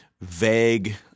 vague –